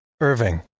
Irving